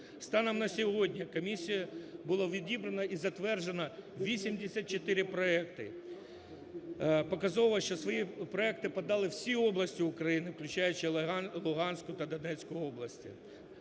Станом на сьогодні комісією було відібрано і затверджено 84 проекти, показово, що свої проекти подали всі області України, включаючи Луганську та Донецьку області.